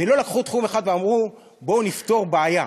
ולא לקחו תחום אחד ואמרו: בואו נפתור בעיה,